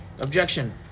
objection